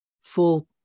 full